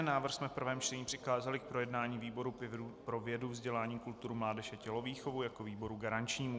Návrh jsme v prvém čtení přikázali k projednání výboru pro vědu, vzdělání, kulturu, mládež a tělovýchovu jako výboru garančnímu.